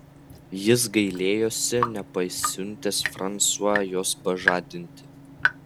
jis gailėjosi nepasiuntęs fransua jos pažadinti